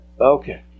Okay